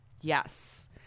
yes